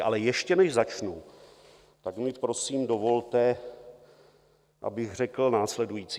Ale ještě než začnu, tak mi prosím dovolte, abych řekl následující.